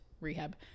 rehab